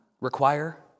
require